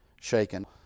shaken